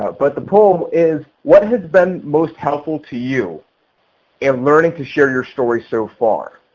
but the poll is what has been most helpful to you and learning to share your story so far?